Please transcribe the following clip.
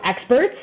experts